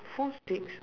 four sticks